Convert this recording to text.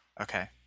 Okay